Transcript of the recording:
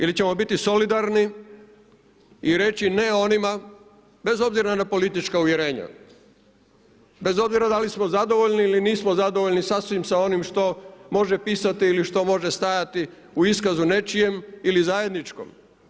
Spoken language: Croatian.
Ili ćemo biti solidarni i reći ne onima, bez obzira na politička uvjerenja, bez obzira da li smo zadovoljni ili nismo zadovoljni sasvim sa onim što može pisati ili što može stajati u iskazu nečijem ili zajedničkom.